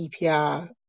epr